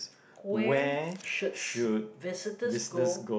where should visitors go